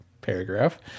Paragraph